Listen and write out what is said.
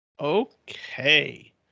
Okay